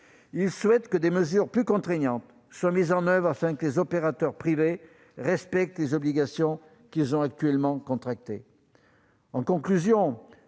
ils souhaitent que des mesures plus contraignantes soient mises en oeuvre afin que les opérateurs privés respectent les obligations qu'ils ont actuellement contractées. En conclusion,